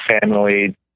family